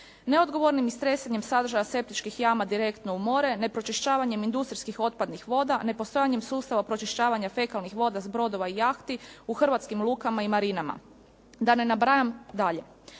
Neodgovornim istresanjem sadržaja septičkih jama direktno u more, nepročišćavanjem industrijskih otpadnih voda, ne postojanjem sustava pročišćavanja fekalnih voda sa brodova i jahti u hrvatskim lukama i marinama. Da ne nabrajam dalje.